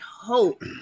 hope